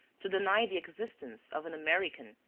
to deny the existence of an american,